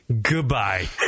goodbye